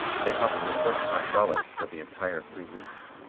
they cost her forty five dollars for the entire three weeks.